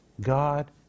God